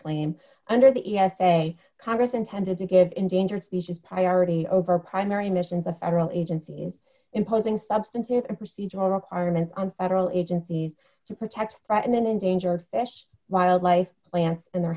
claim under the e s a congress intended to give endangered species priority over primary missions the federal agencies imposing substantive procedural requirements on federal agencies to protect and then endangered fish wildlife plants and their